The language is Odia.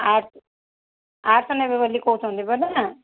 ଆର୍ଟ୍ସ ଆର୍ଟ୍ସ ନେବେ ବୋଲି କହୁଛନ୍ତି ପରା